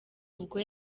ubwo